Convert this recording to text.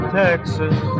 texas